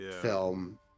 film